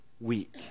weak